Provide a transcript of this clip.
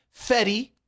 Fetty